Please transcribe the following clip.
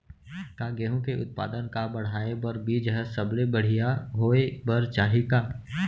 का गेहूँ के उत्पादन का बढ़ाये बर बीज ह सबले बढ़िया होय बर चाही का?